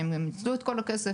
האם הם ניצלו את כל הכסף,